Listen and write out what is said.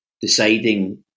deciding